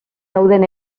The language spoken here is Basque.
dauden